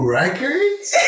records